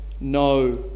no